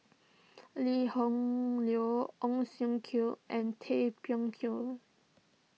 Lee Hoon Leong Ong Siong Kai and Tay Bak Koi